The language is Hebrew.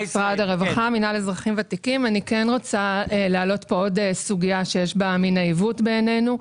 אני רוצה להעלות פה עוד סוגיה שיש בה מן העיוות בעינינו.